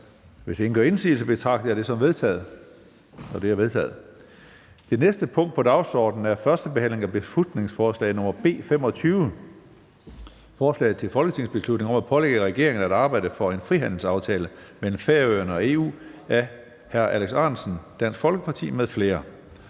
Hvis ingen gør indsigelse, betragter jeg det som vedtaget. Det er vedtaget. --- Det næste punkt på dagsordenen er: 8) 1. behandling af beslutningsforslag nr. B 25: Forslag til folketingsbeslutning om at pålægge regeringen at arbejde for en frihandelsaftale mellem Færøerne og EU. Af Alex Ahrendtsen (DF) m.fl.